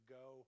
go